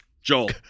Joel